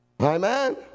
Amen